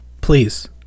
Please